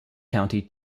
county